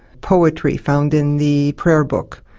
poetry found in the prayer book,